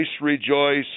rejoice